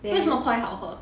为什么 Koi 好喝